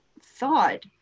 thought